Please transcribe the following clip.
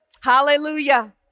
Hallelujah